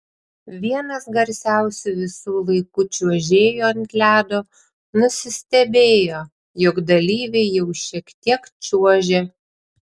vienas garsiausių visų laikų čiuožėjų ant ledo nusistebėjo jog dalyviai jau šiek tiek čiuožia